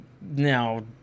now